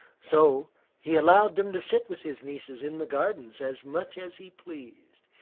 so he allowed him to sit with his nieces in the gardens as much as he pleased,